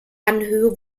anhöhe